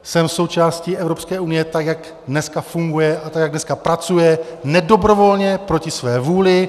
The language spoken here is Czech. Jsem součástí Evropské unie, tak jak dneska funguje a tak jak dneska pracuje, nedobrovolně, proti své vůli.